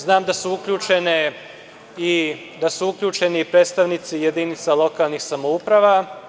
Znam da su uključeni i predstavnici jedinica lokalnih samouprava.